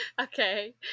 Okay